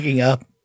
up